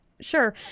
Sure